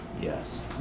Yes